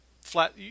flat